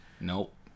Nope